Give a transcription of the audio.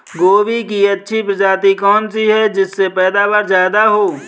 गोभी की अच्छी प्रजाति कौन सी है जिससे पैदावार ज्यादा हो?